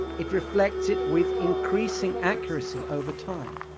it reflects it with increasing accuracy over time.